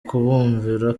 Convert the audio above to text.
kubumvira